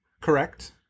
correct